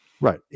Right